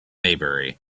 maybury